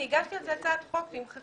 אני הגשתי על זה הצעת חוק שימחקו,